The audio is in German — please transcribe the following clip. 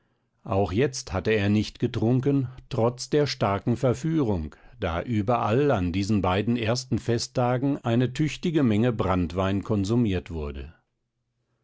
auch jetzt hatte er nicht getrunken trotz der starken verführung da überall an diesen beiden ersten festtagen eine tüchtige menge branntwein konsumiert wurde